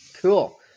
Cool